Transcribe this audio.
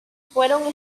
fueron